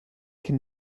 can